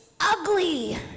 ugly